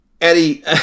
Eddie